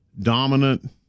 dominant